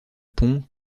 pont